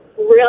real